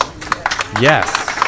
Yes